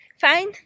Fine